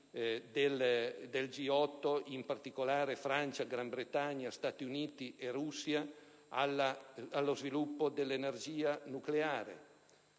del G8, in particolare Francia, Gran Bretagna, Stati Uniti e Russia, allo sviluppo dell'energia nucleare.